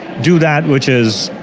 do that which is,